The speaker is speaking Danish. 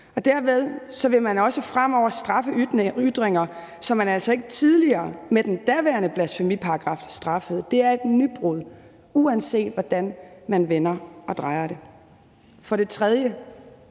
Dermed vil man også fremover straffe ytringer, som man altså ikke tidligere med den daværende blasfemiparagraf straffede. Det er et nybrud, uanset hvordan man vender og drejer det. For det tredje,